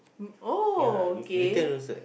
oh okay